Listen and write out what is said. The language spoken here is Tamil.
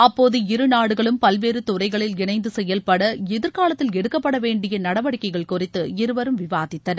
அப்போது இருநாடுகளும் பல்வேறு துறைகளில் இணைந்து செயல்பட எதிர்காலத்தில் எடுக்கப்பட வேண்டிய நடவடிக்கைகள் குறித்து இருவரும் விவாதித்தனர்